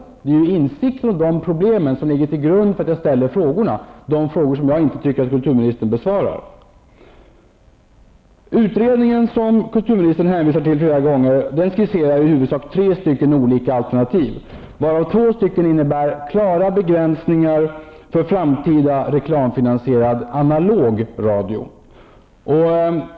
Det är insikten om dessa problem som ligger till grund för de frågor som jag har ställt och som jag tycker att kulturministern inte har besvarat. Den utredning som kulturministern hänvisar till flera gånger skisserar i huvudsak tre olika alternativ, varav två innebär klara begränsningar för framtida reklamfinansierad analog radio.